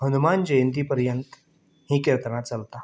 हनुमान जयंती पर्यंत ही खेत्रां चलता